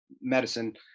medicine